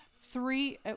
three